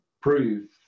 prove